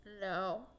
No